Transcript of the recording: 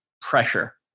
pressure